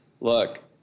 look